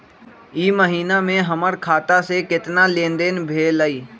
ई महीना में हमर खाता से केतना लेनदेन भेलइ?